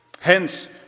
Hence